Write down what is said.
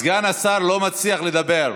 סגן השר לא מצליח לדבר.